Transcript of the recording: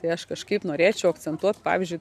tai aš kažkaip norėčiau akcentuot pavyzdžiui